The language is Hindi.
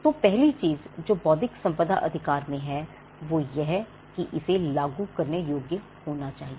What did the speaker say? तो पहली चीज़ जो बौद्धिक संपदा अधिकार में है वो यह कि इसे लागू करने योग्य होना चाहिए